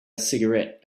cigarette